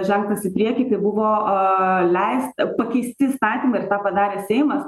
žengtas į priekį tai buvo leista pakeisti įstatymai ir tą padarė seimas